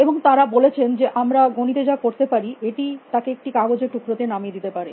এবং তারা বলেছেন যে আমরা গণিতে যা করতে পারি এটি তাকে একটি কাগজের টুকরোতে নামিয়ে দিতে পারে